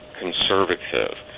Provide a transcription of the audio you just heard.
conservative